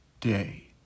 day